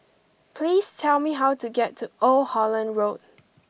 please tell me how to get to Old Holland Road